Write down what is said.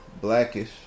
Blackish